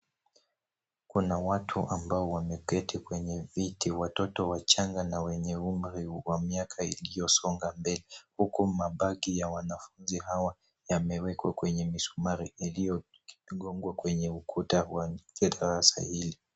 Kuna watu ambao wameketi kwenye viti. Watoto wachanga na wenye umri wa miaka iliyosonga mbele huku mabagi ya wanafunzi hawa yamewekwa kwenye misumari yaliyogongwa kwenye ukuta wa darasa hili.